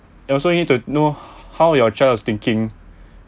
and also need to know how your child's thinking